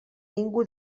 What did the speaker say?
ningú